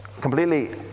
completely